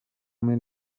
muri